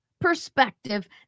perspective